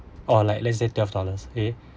or like let's say twelve dollars eh